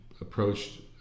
approached